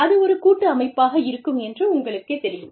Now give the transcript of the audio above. அது ஒரு கூட்டு அமைப்பாக இருக்கும் என்று உங்களுக்குத் தெரியும்